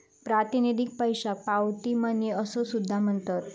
प्रातिनिधिक पैशाक पावती मनी असो सुद्धा म्हणतत